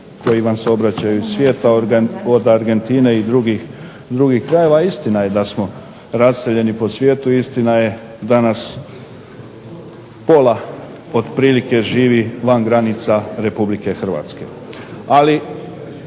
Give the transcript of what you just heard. koji vam se obraćaju iz svijeta od Argentine i drugih krajeva, istina je da smo raseljeni po svijetu, istina je danas pola živi van granica Republike Hrvatske.